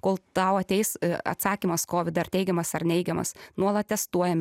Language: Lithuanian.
kol tau ateis atsakymas kovid ar teigiamas ar neigiamas nuolat testuojami